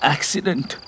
Accident